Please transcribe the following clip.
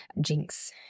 jinx